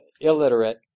illiterate